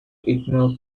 ignore